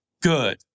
good